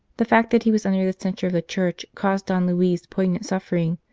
the fact that he was under the censure of the church caused don luis. poignant suffering,